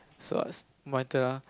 my turn ah